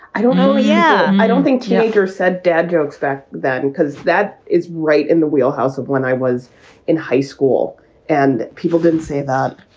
i don't know yeah, and i don't think tempter said dad jokes back then and because that is right in the wheelhouse of when i was in high school and people didn't say that.